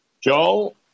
Joel